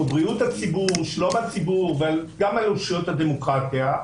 ובריאות הציבור ושלום הציבור וגם על אושיות הדמוקרטיה.